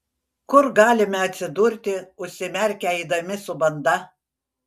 kur galime atsidurti užsimerkę eidami su banda